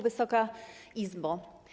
Wysoka Izbo!